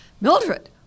Mildred